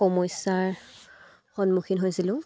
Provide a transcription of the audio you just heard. সমস্যাৰ সন্মুখীন হৈছিলোঁ